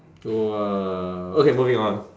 !wah! okay moving on